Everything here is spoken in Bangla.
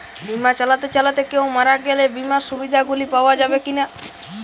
বিমা চালাতে চালাতে কেও মারা গেলে বিমার সুবিধা গুলি পাওয়া যাবে কি না?